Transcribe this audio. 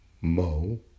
mo